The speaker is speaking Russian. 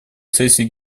сессию